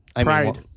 pride